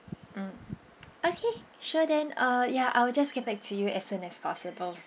mm okay sure then uh ya I will just get back to you as soon as possible